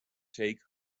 take